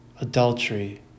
adultery